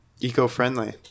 eco-friendly